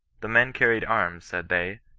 the men carried arms said they,